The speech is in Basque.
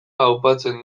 aupatzen